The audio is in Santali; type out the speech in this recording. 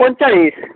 ᱯᱚᱧᱪᱟᱞᱤᱥ